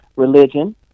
religion